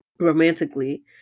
romantically